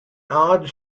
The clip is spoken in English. odd